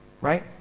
Right